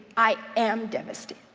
i am devastated,